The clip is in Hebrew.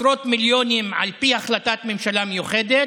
עשרות מיליונים על פי החלטת ממשלה מיוחדת.